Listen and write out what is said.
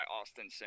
Austin